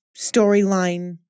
storyline